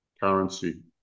currency